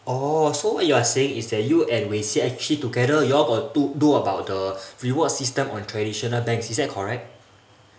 oh so what you are saying is that you and wei qi actually together you all got do do about the reward system on traditional banks is that correct